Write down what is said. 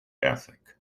ethic